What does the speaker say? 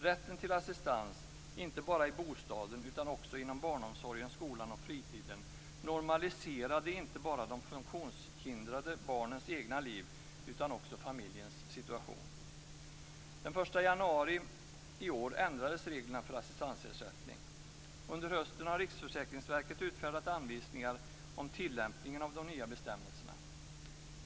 Rätten till assistans, inte bara i bostaden utan också inom barnomsorgen, skolan och på fritiden, "normaliserade" inte bara de funktionshindrade barnens egna liv utan också familjens situation. Den Under hösten har Riksförsäkringsverket utfärdat anvisningar om tillämpningen av de nya bestämmelserna.